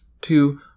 two